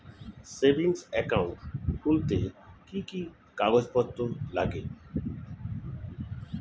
Savings account খুলতে কি কি কাগজপত্র লাগে?